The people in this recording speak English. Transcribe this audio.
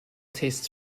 tastes